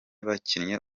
bakinnye